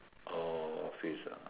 oh office ah